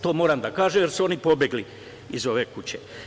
To moram da kažem, jer su oni pobegli iz ove kuće.